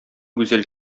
гүзәл